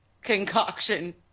concoction